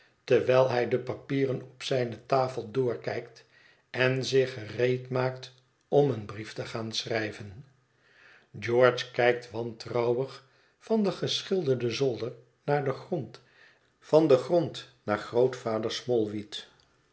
terwijl hij de papieren op zijne tafel doorkijkt en zich gereedmaakt om een brief te gaan schrijven george kijkt wantrouwig van den geschilderden zolder naar den grond van den grond naar grootvader